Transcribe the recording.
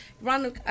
run